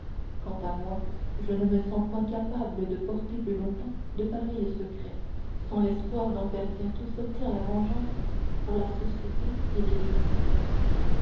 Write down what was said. quant à moi je ne me sens point capable de porter plus longtemps de pareils secrets sans espoir d'en faire bientôt sortir la vengeance pour la société et les victimes